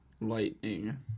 lightning